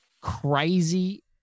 crazy